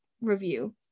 review